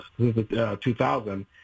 2000